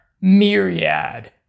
myriad